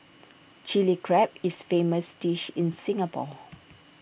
Chilli Crab is famous dish in Singapore